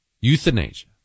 Euthanasia